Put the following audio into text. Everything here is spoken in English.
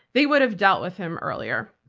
they would have dealt with him earlier.